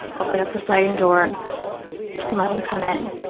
opened up the sliding door and let him come in.